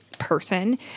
person